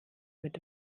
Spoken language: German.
mit